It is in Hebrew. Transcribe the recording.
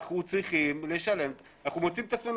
אנחנו צריכים לשלם ואנחנו מוצאים את עצמנו